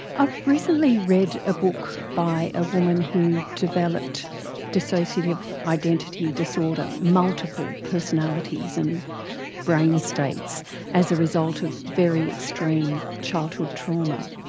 recently read a book by a woman who developed dissociative identity disorder, multiple personalities and brain states as a result of very extreme childhood trauma.